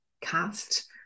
cast